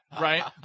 Right